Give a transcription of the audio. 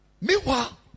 meanwhile